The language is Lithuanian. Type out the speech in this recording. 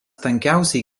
tankiausiai